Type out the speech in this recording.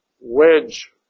wedge